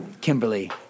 Kimberly